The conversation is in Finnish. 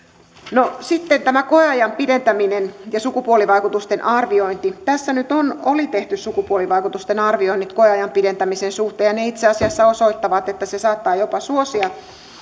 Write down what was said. no sitten tämä koeajan pidentäminen ja sukupuolivaikutusten arviointi tässä nyt oli tehty sukupuolivaikutusten arvioinnit koeajan pidentämisen suhteen ja ne itse asiassa osoittavat että se saattaa jopa suosia